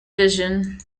vision